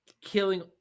killing